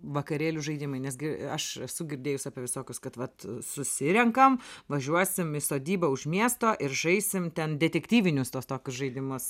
vakarėlių žaidimai nes gi aš esu girdėjus apie visokius kad vat susirenkam važiuosim į sodybą už miesto ir žaisim ten detektyvinius tuos tokius žaidimus